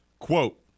Quote